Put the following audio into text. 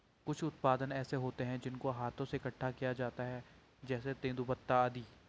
कुछ उत्पाद ऐसे होते हैं जिनको हाथों से इकट्ठा किया जाता है जैसे तेंदूपत्ता आदि